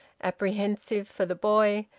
apprehensive for the boy,